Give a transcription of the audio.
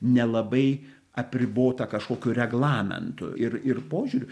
nelabai apribota kažkokiu reglamentu ir ir požiūriu